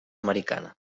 americana